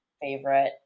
favorite